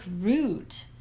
root